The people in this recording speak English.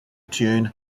tune